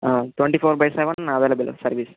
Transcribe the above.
twenty four by seven available service